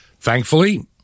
Thankfully